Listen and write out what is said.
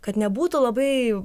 kad nebūtų labai